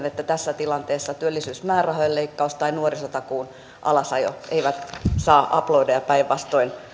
että tässä tilanteessa työllisyysmäärärahojen leikkaus tai nuorisotakuun alasajo eivät saa aplodeja päinvastoin